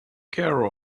care